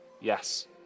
yes